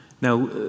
Now